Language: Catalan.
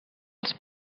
els